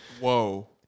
Whoa